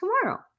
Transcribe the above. tomorrow